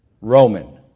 Roman